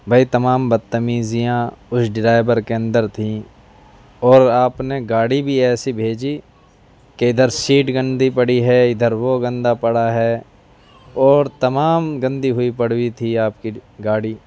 بھائی تمام بدتمیزیاں اس ڈرائور کے اندر تھیں اور آپ نے گاڑی بھی ایسی بھیجی کہ ادھر سیٹ گندی پڑی ہے ادھر وہ گندہ پڑا ہے اور تمام گندی ہوئی پڑی تھی آپ کی گاڑی